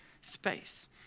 space